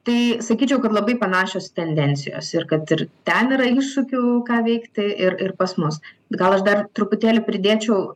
tai sakyčiau kad labai panašios tendencijos ir kad ir ten yra iššūkių ką veikti ir ir pas mus gal aš dar truputėlį pridėčiau